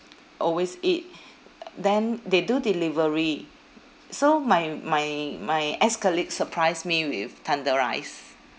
always eat then they do delivery so my my my ex-colleague surprised me with thunder rice